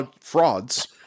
frauds